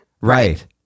right